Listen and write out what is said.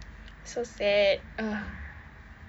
so sad uh